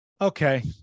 Okay